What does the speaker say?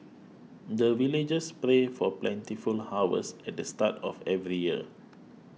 the villagers pray for plentiful harvest at the start of every year